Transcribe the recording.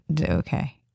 Okay